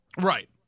Right